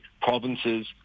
provinces